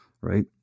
right